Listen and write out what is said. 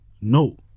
No